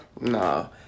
no